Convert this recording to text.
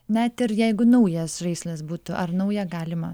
net ir jeigu naujas žaislas būtų ar nauja galima